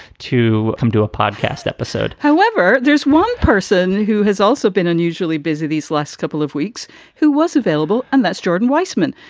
to um do a podcast episode however, there's one person who has also been unusually busy these last couple of weeks who was available, and that's jordan weissman.